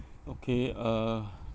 okay uh